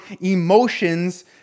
emotions